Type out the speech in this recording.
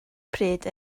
pryd